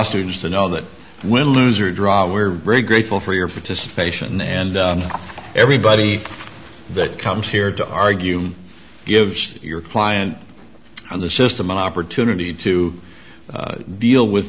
its to know that when lose or draw we're very grateful for your participation and everybody that comes here to argue gives your client on the system an opportunity to deal with